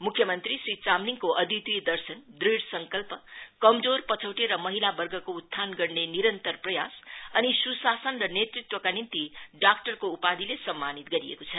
मुख्य मंत्री श्री चामलिङको अद्दितीय दर्शन दृढ़ सकल्प कमजोरपछौटे र महिलावर्गको उत्थान गर्ने निरन्तर प्रयास र सुशासन र नेतृत्वका निम्ति डाक्टर उपाधिले सम्मनित गरिएको छ